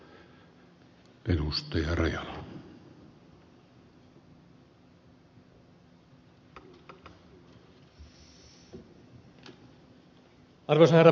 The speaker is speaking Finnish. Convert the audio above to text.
arvoisa herra puhemies